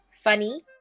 Funny